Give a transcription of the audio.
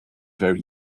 very